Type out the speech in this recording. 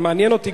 אבל מעניין אותי,